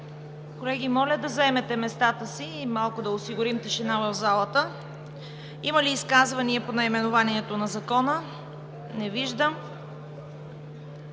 Колеги, моля да заемете места си и да осигурим тишина в залата! Има ли изказвания по наименованието на Закона? Не виждам.